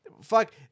Fuck